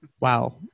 wow